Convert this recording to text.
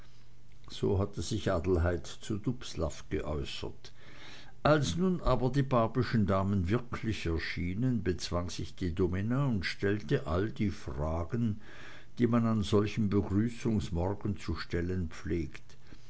so hatte sich adelheid zu dubslav geäußert als nun aber die barbyschen damen wirklich erschienen bezwang sich die domina und stellte all die fragen die man an solchem begrüßungsmorgen zu stellen pflegt